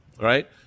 right